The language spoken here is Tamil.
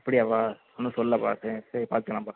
அப்படியாப்பா இன்னும் சொல்லப்பா சரி சரி பார்த்துக்கலாம்பா